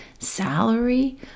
salary